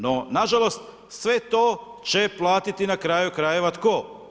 No, nažalost sve to će platiti na kraju krajeva tko?